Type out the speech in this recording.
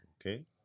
okay